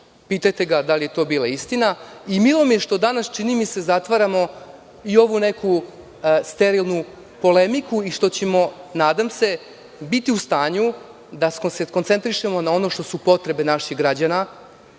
pitajte ga da li je to bila istina. Milo mi je što danas, čini mi se, zatvaramo i ovu neku sterilnu polemiku i što ćemo, nadam se, biti u stanju da se skoncentrišemo na ono što su potrebe naših građana.